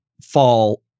fall